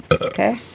okay